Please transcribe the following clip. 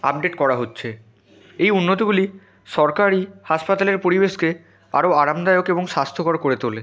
update করা হচ্ছে এই উন্নতগুলি সরকারি হাসপাতালের পরিবেশকে আরও আরামদায়ক এবং স্বাস্থ্যকর করে তোলে